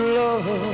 love